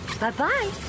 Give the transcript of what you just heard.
Bye-bye